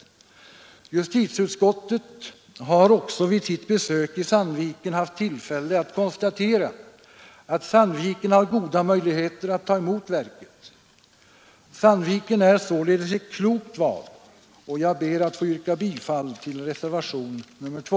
Justitieutskottet har också vid sitt besök i Sandviken haft tillfälle att konstatera att Sandviken har goda möjligheter att ta emot verket. Sandviken är således ett klokt val, och jag ber att få yrka bifall till reservationen 2.